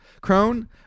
Crone